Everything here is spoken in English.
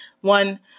one